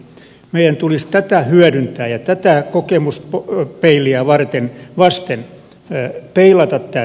meidän tulisi tätä hyödyntää ja tätä kokemuspeiliä vasten peilata tämä tilanne